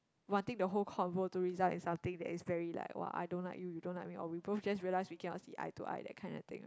wanting the whole convo to result in something that is very like !wah! I don't like you you don't like me or we both just realized we cannot see eye to eye that kind of thing right